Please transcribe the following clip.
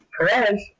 Perez